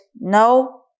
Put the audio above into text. no